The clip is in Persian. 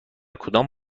کدام